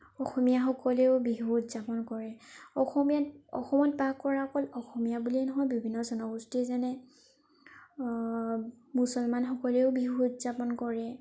অসমীয়াসকলেও বিহু উদযাপন কৰে অসমীয়াত অসমত বাস কৰা অকল অসমীয়া বুলিয়ে নহয় বিভিন্ন জনগোষ্ঠী যেনে মুছলমানসকলেও বিহু উদযাপন কৰে